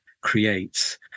creates